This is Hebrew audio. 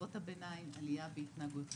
חטיבות הביניים ועלייה בהתנהגות בסיכון.